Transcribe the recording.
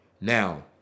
Now